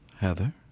Heather